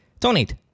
Donate